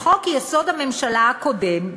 בחוק-יסוד: הממשלה הקודם,